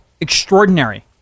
extraordinary